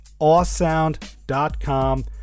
awesound.com